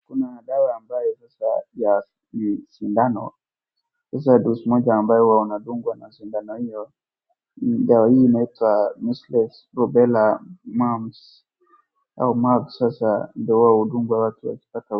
Kuna dawa ambayo sasa ya sindano, sasa dose moja ambayo huwa unadungwa na sindano hiyo. Dawa hii inaitwa measles, rubella, mumps au mumps sasa ndio huwa hudungwa watu wakipata.